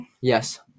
Yes